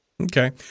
Okay